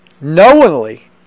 knowingly